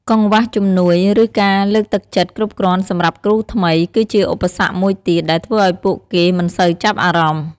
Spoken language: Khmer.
កង្វះជំនួយ ឬការលើកទឹកចិត្តគ្រប់គ្រាន់សម្រាប់គ្រូថ្មី គឺជាឧបសគ្គមួយទៀត ដែលធ្វើឲ្យពួកគេមិនសូវចាប់អារម្មណ៍។